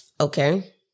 Okay